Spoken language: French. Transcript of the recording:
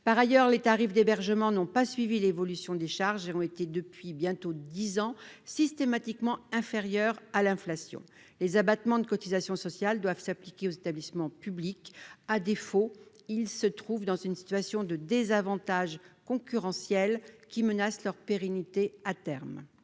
Par ailleurs, les tarifs d'hébergement n'ont pas suivi l'évolution des charges ; depuis bientôt dix ans, leur hausse est systématiquement inférieure à l'inflation. Les abattements de cotisations sociales doivent s'appliquer aux établissements publics ; à défaut, ceux-ci se trouvent dans une situation de désavantage concurrentiel qui menace leur pérennité à terme.